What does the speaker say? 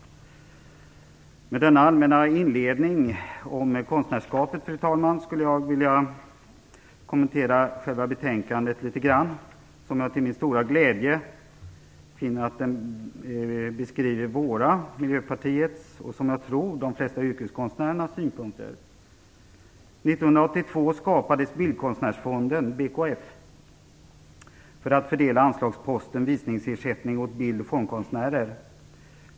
Med denna allmänna inledning om konstnärskapet vill jag litet grand kommentera själva betänkandet, som jag till min stora glädje finner beskriver Miljöpartiets och, som jag tror, de flesta yrkeskonstnärernas synpunkter. 1982 skapades Bildkonstnärsfonden, BKF, för att fördela anslagsposten Visningsersättning åt bild och fondkonstnärer.